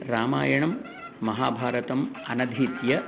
रामायणं महाभारतम् अनधीत्य